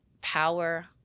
power